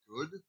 good